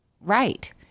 right